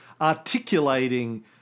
articulating